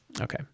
Okay